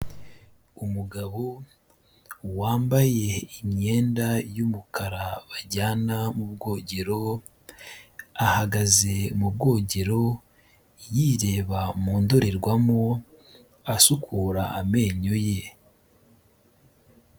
Umugabo wambaye imyenda y'umukara bajyana mu bwogero, ahagaze mu bwogero yireba mu ndorerwamo asukura amenyo ye.